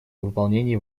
выполнении